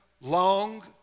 long